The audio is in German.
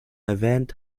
erwähnt